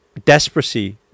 desperacy